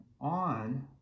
on